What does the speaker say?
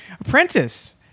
Apprentice